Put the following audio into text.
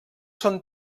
són